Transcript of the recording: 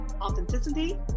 authenticity